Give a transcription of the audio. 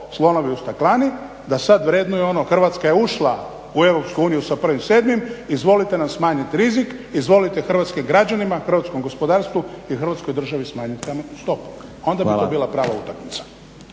slonovi u staklani, da sad vrednuju ono Hrvatska je ušla u EU sa 1.7., izvolite nam smanjiti rizik, izvolite hrvatskim građanima, hrvatskom gospodarstvu i Hrvatskoj državi smanjiti kamatnu stopu, onda bi to bila prava utakmica.